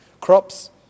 crops